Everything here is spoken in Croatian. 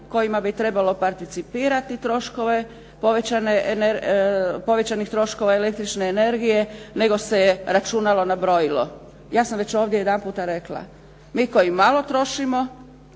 kojima bi trebalo participirati troškove povećanih električne energije, nego se je računalo na brojilo. Ja sam već ovdje jedanputa rekla, mi koji malo trošimo,